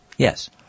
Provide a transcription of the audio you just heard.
Yes